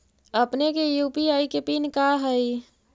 अपने के यू.पी.आई के पिन का हई